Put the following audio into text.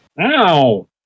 Ow